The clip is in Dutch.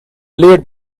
leert